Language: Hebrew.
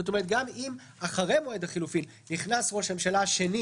גם אם אחרי מועד החילופים נכנס ראש הממשלה השני